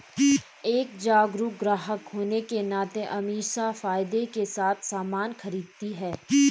एक जागरूक ग्राहक होने के नाते अमीषा फायदे के साथ सामान खरीदती है